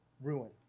ruin